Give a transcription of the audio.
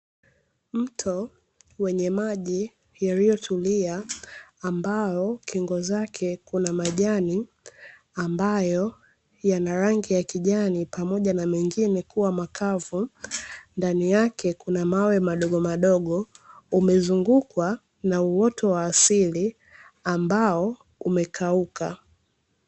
Mto wenye maji yaliyotulia ambao kingo zake kuna majani ambayo yana rangi ya kijani pamoja na mengine kuwa makavu, ndani yake kuna mawe madogomadogo umezungukwa na uoto wa asili ambao umekauka.